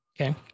Okay